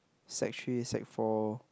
sec three sec four